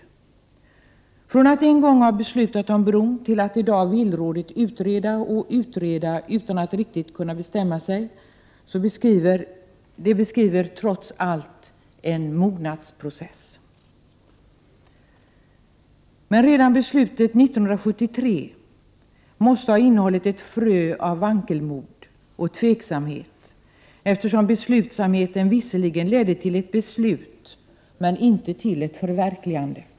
Att man från att en gång ha beslutat om bron till att man i dag villrådigt utreder och utreder utan att riktigt kunna bestämma sig beskriver trots allt en mognadsprocess. 27 Men redan beslutet 1973 måste ha innehållit ett frö av vankelmod och tveksamhet, eftersom beslutsamheten visserligen ledde till ett beslut men inte till ett förverkligande.